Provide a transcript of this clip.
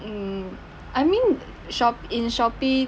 um I mean shop in shopee